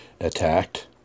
attacked